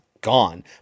gone